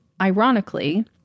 ironically